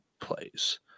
plays